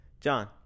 John